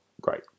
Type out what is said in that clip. great